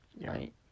right